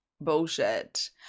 bullshit